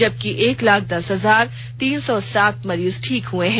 जबकि एक लाख दस हजार तीन सौ सात मरीज ठीक हुए हैं